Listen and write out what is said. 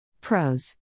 Pros